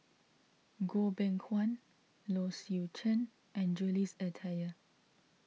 Goh Beng Kwan Low Swee Chen and Jules Itier